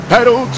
pedal